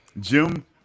Jim